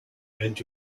and